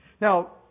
Now